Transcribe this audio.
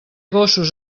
gossos